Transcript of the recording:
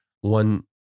one